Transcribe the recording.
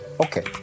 Okay